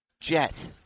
Jet